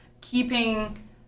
keeping